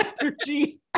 energy